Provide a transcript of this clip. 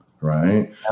Right